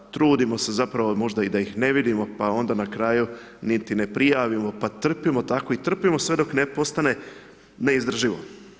I trudimo se zapravo da ih možda i ne vidimo, pa onda na kraju, niti ne prijavimo i trpimo tako, i trpimo tako sve dok ne postane neizdrživo.